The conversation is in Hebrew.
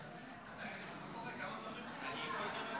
כל הציטוטים שלך נאספים לוועדת הבחירות.